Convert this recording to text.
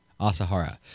Asahara